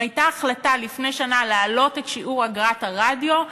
אם הייתה החלטה לפני שנה להעלות את שיעור אגרת הרדיו,